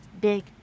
big